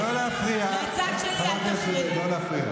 מהצד שלי, אל תפריעו.